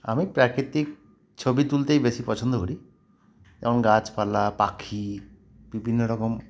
আমি প্রাকৃতিক ছবি তুলতেই বেশি পছন্দ করি যেমন গাছপালা পাখি বিভিন্ন রকম